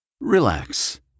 Relax